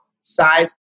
size